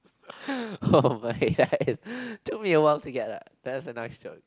oh my god it's took me awhile to get that that's a nice joke